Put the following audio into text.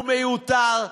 הוא מיותר,